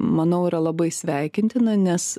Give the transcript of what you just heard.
manau yra labai sveikintina nes